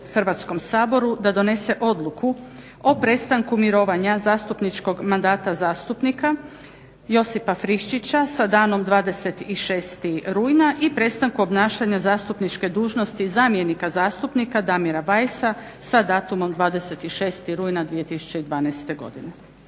Hrvatskom saboru da donese odluku o prestanku mirovanja zastupničkog mandata zastupnika Josipa Friščića sa danom 26. rujna i prestanku obnašanja zastupničke dužnosti zamjenika zastupnika Damira Bajsa sa datumom 26. rujna 2012. godine.